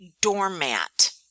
doormat